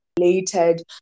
related